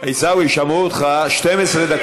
אני לא רוצה שהשר גלנט